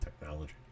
technology